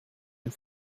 and